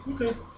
Okay